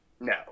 no